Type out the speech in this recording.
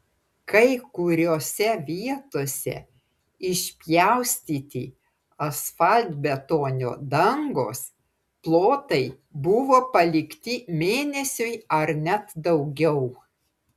kai kuriose vietose išpjaustyti asfaltbetonio dangos plotai buvo palikti mėnesiui ar net daugiau